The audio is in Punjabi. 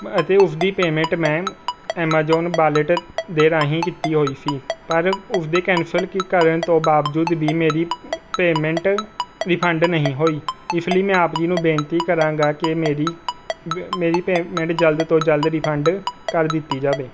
ਅਤੇ ਉਸ ਦੀ ਪੇਮੈਂਟ ਮੈਂ ਐਮਾਜ਼ੋਨ ਵਾਲੇਟ ਦੇ ਰਾਹੀਂ ਕੀਤੀ ਹੋਈ ਸੀ ਪਰ ਉਸ ਦੇ ਕੈਂਸਲ ਕ ਕਰਨ ਤੋਂ ਬਾਵਜੂਦ ਵੀ ਮੇਰੀ ਪੇਮੈਂਟ ਰੀਫੰਡ ਨਹੀਂ ਹੋਈ ਇਸ ਲਈ ਮੈਂ ਆਪ ਜੀ ਨੂੁੰ ਬੇਨਤੀ ਕਰਾਂਗਾ ਕਿ ਮੇਰੀ ਮੇਰੀ ਪੇਮੈਂਟ ਜਲਦ ਤੋਂ ਜਲਦ ਰੀਫੰਡ ਕਰ ਦਿੱਤੀ ਜਾਵੇ